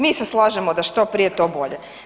Mi se slažemo da što prije to bolje.